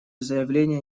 заявления